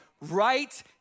right